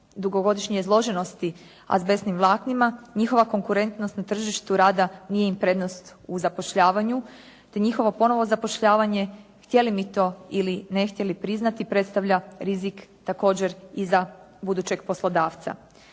dugogodišnje izloženosti azbestnim vlaknima njihova konkurentnost na tržištu rada nije im prednost u zapošljavanju, te njihovo ponovo zapošljavanje htjeli mi to ili ne htjeli priznati predstavlja rizik također i za budućeg poslodavca.